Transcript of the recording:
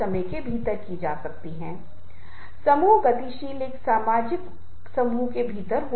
वह इस बात पर ध्यान देता है कि समूह में हर कोई कैसा महसूस करता है